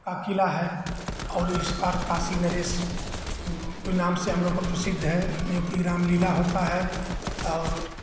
का किला है और उस पार काशी नरेश के नाम से हमलोग को प्रसिद्ध है जो कि रामलीला होता है और